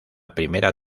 primera